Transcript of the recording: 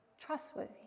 trustworthy